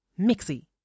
Mixie